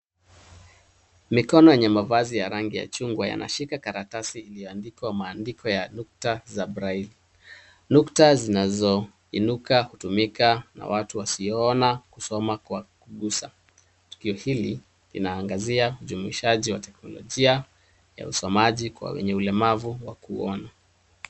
Mikono yenye mavazi ya rangi ya chungwa yanashika karatasi yameandikwa mandiko ya nukta za breili. Nukta zinazoinuka hutumika na watu wasioona kusoma kwa kugusa. Tukio hili linaangazia ujumishaji wa teknolojia ya usomaji kwa wenye ulemavu wa kuona.